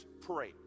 pray